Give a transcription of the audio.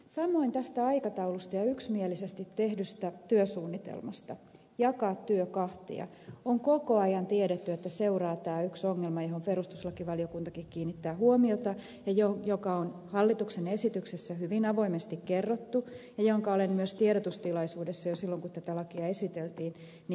samoin tästä aikataulusta ja yksimielisesti tehdystä työsuunnitelmasta jakaa työ kahtia on koko ajan tiedetty että seuraa tämä yksi ongelma johon perustuslakivaliokuntakin kiinnittää huomiota ja joka on hallituksen esityksessä hyvin avoimesti kerrottu ja jonka olen myös tiedotustilaisuudessa kertonut jo silloin kun tätä lakia esiteltiin